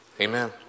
Amen